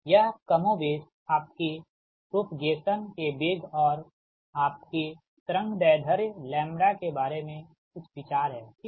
यह कमोबेश आपके प्रोपगेसन के वेग और आपके तरंग दैर्ध्य लैम्ब्डा के बारे में कुछ विचार है ठीक